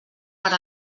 per